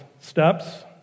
steps